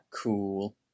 cool